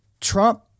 Trump